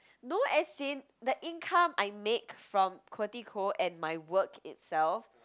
no as in the income I make from and my work itself